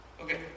Okay